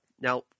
Now